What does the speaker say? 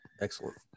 Excellent